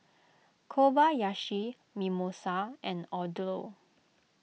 Kobayashi Mimosa and Odlo